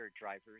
drivers